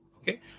okay